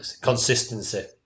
Consistency